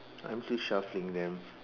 I'm still shuffling them